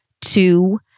two